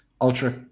ultra